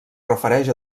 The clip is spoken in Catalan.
refereix